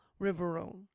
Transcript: Riverone